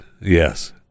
yes